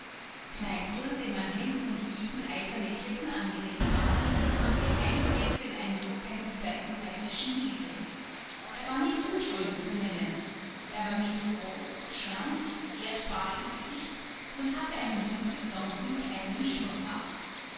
kneißl dem an händen und füßen eiserne ketten angelegt waren machte keineswegs den eindruck eines zweiten bayerischen hiesel er war nicht unschön zu nennen er war mittelgroß schlank erdfahl im gesicht und hatte einen dunkelblonden kleinen schnurrbart